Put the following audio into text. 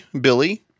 Billy